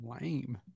Lame